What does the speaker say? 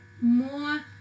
more